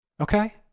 Okay